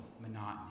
Monotony